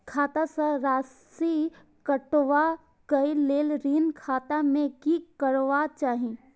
खाता स राशि कटवा कै लेल ऋण खाता में की करवा चाही?